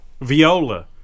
Viola